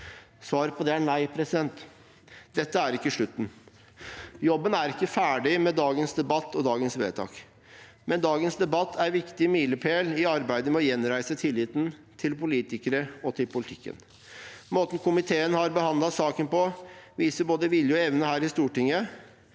Svaret på det er nei. Dette er ikke slutten. Jobben er ikke ferdig med dagens debatt og dagens vedtak, men dagens debatt er en viktig milepæl i arbeidet med å gjenreise tilliten til politikere og til politikken. Måten komiteen har behandlet saken på, viser både vilje og evne her i Stortinget,